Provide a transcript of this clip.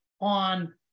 on